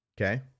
Okay